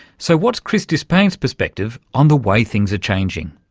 so, what's chris disspain's perspective on the way things are changing?